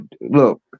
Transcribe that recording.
look